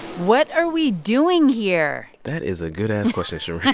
what are we doing here? that is a good-ass. question, shereen.